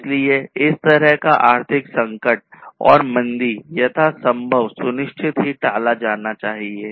इसलिए इस तरह का आर्थिक संकट और मंदी यथासंभव सुनिश्चित ही टाला जाना चाहिए